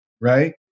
right